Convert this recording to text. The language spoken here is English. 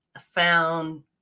found